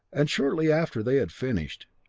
and shortly after they had finished,